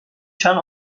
چند